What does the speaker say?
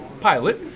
pilot